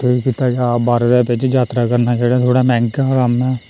ठीक कीता जा भारत दे बिच्च यात्रा करना जेह्ड़ा थोह्ड़ा मैंह्गा कम्म ऐ